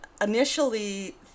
initially